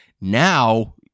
Now